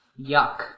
yuck